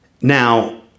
Now